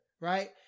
right